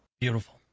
Beautiful